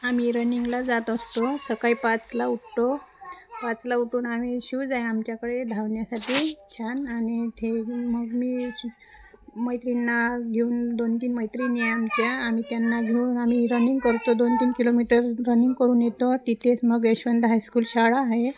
आम्ही रनिंगला जात असतो सकाळी पाचला उठतो पाचला उठून आम्ही शूज आहे आमच्याकडे धावण्यासाठी छान आणि ते मग मी मैत्रिणींना घेऊन दोन तीन मैत्रिणी आहे आमच्या आम्ही त्यांना घेऊन आम्ही रनिंग करतो दोन तीन किलोमीटर रनिंग करून येतो तिथेच मग यश्वंदा हायस्कूल शाळा आहे